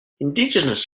indigenous